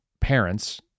parents